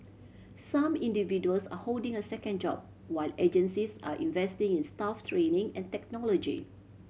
some individuals are holding a second job while agencies are investing in staff training and technology